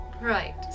Right